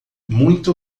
muito